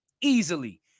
easily